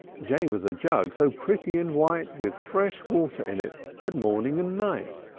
j was a jug, so pretty and white, with fresh water in it at morning and night.